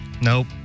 Nope